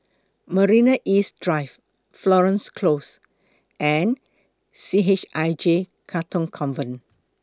Marina East Drive Florence Close and C H I J Katong Convent